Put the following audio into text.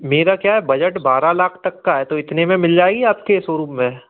मेरा क्या है बजट बारह लाख तक का है तो इतने में मिल जाएगी आपके शोरूम में